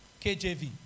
KJV